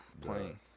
playing